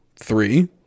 Three